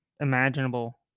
imaginable